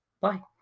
Bye